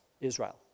Israel